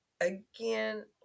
again